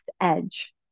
edge